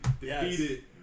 defeated